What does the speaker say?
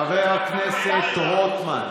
חבר הכנסת רוטמן,